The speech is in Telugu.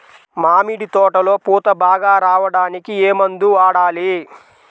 మామిడి తోటలో పూత బాగా రావడానికి ఏ మందు వాడాలి?